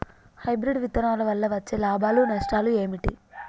Hybrid విత్తనాల వల్ల వచ్చే లాభాలు నష్టాలు ఏమిటి?